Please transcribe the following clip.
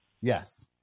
Yes